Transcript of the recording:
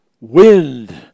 wind